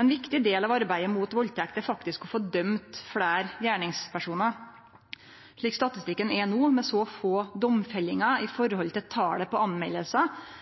Ein viktig del av arbeidet mot valdtekt er faktisk å få dømt fleire gjerningspersonar. Slik statistikken er no, med så få domfellingar i forhold til talet på